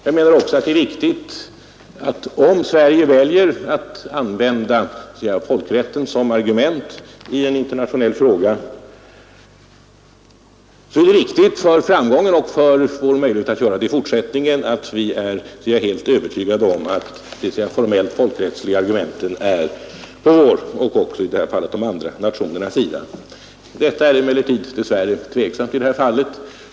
Jag menar också att om Sverige väljer att använda sig av folkrätten som argument i en internationell fråga, så är det viktigt, för framgången och för vår möjlighet att göra det i fortsättningen, att vi är helt övertygade om att de formellt folkrättsliga argumenten verkligen utgör ett stöd för vår och i det här fallet också andra nationers uppfattning. Detta är emellertid dess värre tvivelaktigt i detta fall.